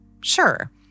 Sure